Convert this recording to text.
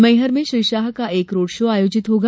मैहर में श्री शाह का एक रोड शो आयोजित होगा